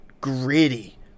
gritty